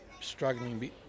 struggling